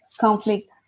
conflict